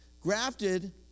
Grafted